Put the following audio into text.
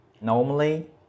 normally